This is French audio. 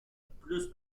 certainement